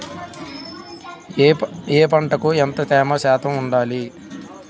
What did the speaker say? ఏ పంటకు ఎంత తేమ శాతం ఉండాలి?